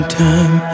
time